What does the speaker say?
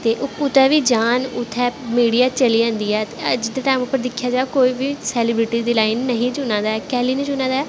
ते ओह् कुदै बी जान ते मीडिया उत्थैं चली जंदी ऐ ते अज दिक्खेआ जा कोई बी सैलिब्रिटी दी लाइन नी चुना दा ऐ कैल्ली नी चुना दा ऐ